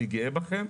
אני גאה בכם.